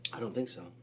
don't think so.